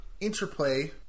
interplay